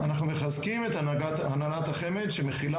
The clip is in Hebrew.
אנחנו מחזקים את הנהלת החמ"ד שמכילה